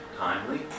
timely